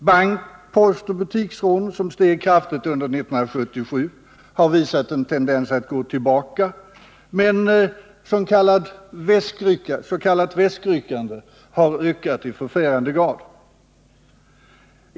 Bank-, postoch butiksrån, som ökade kraftigt under 1977, har visat en tendens att gå tillbaka, medan s.k. väskryckningar har ökat i förfärande grad.